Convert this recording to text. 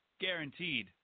Guaranteed